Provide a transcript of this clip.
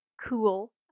cool